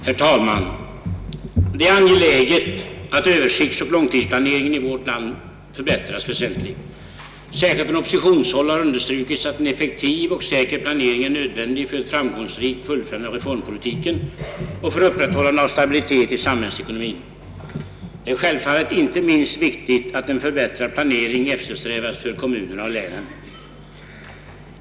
Herr talman! Det är angeläget, att översiktsoch långtidsplaneringen i vårt samhälle förbättras väsentligt. Särskilt från oppositionshåll har understrukits att en effektiv och säker planering är nödvändig för ett framgångsrikt fullföljande av reformpolitiken och för upprätthållande av stabilitet i samhällsekonomien. Det är självfallet inte minst viktigt, att en förbättrad planering eftersträvas för kommunerna och länen.